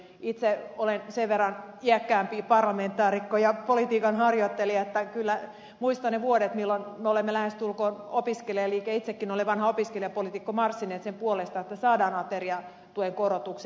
itse olen sen verran iäkkäämpi parlamentaarikko ja politiikan harjoittelija että kyllä muistan ne vuodet milloin me olemme lähestulkoon opiskelijaliikkeenä itsekin olen vanha opiskelijapoliitikko marssineet sen puolesta että saadaan ateriatuen korotukset